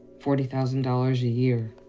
forty thousand dollars a year!